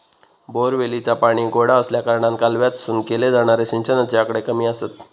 बोअरवेलीचा पाणी गोडा आसल्याकारणान कालव्यातसून केले जाणारे सिंचनाचे आकडे कमी आसत